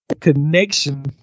Connection